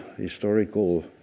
historical